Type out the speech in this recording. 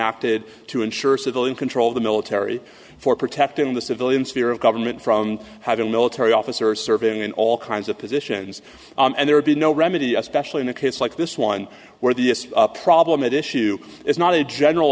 it to ensure civilian control of the military for protecting the civilians fear of government from having military officers serving in all kinds of positions and there would be no remedy especially in a case like this one where the problem at issue is not a general